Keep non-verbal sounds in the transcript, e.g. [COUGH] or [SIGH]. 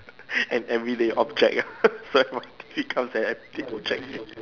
[LAUGHS] an everyday object ah [LAUGHS] some here comes an everyday object ready